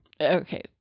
Okay